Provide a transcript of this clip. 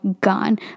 gone